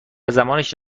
زمانش